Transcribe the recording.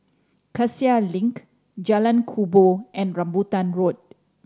Cassia Link Jalan Kubor and Rambutan Road